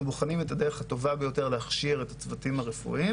אנחנו מצידנו בוחנים את הדרך הטובה ביותר להכשיר את הצוותים הרפואיים.